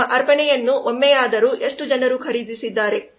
ನಮ್ಮ ಅರ್ಪಣೆಯನ್ನು ಒಮ್ಮೆಯಾದರೂ ಎಷ್ಟು ಜನರು ಖರೀದಿಸಿದ್ದಾರೆ